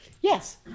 Yes